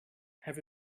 have